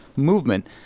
Movement